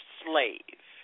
slave